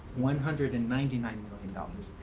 one hundred and ninety nine million dollars.